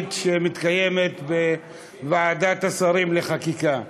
הגזענית המתקיימת בוועדת השרים לחקיקה.